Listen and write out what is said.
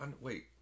Wait